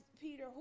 Peter